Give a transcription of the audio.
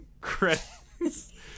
Credits